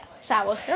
sour